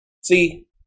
See